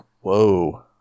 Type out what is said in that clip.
whoa